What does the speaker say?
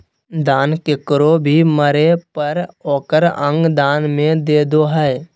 दान केकरो भी मरे पर ओकर अंग दान में दे दो हइ